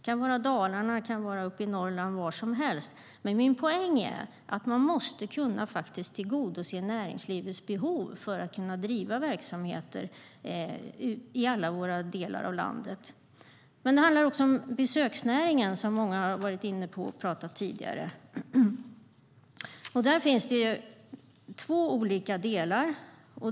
Det kan också vara Dalarna, Norrland eller var som helst, men min poäng är att man måste kunna tillgodose näringslivets behov för att kunna driva verksamheter i alla våra delar av landet. Det handlar också om besöksnäringen, som många här har pratat om tidigare. Där finns det två olika delar.